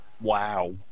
Wow